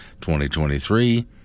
2023